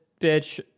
bitch